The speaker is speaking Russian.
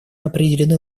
определены